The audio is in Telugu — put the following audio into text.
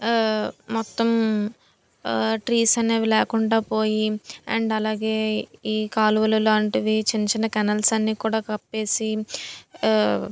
మొత్తం ట్రీస్ అనేవి లేకుండా పోయి అండ్ అలాగే ఈ కాలువలు లాంటివి చిన్న చిన్న కెనాల్సు కూడా కప్పేసి